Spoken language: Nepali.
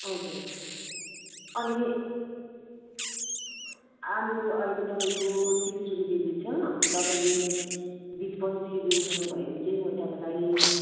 हजुर अनि आलु अहिले तपाईँको तिस रुपियाँ केजी छ तपाईँले बिस पच्चिस केजी उठाउनु भयो भने चाहिँ म तपाईँलाई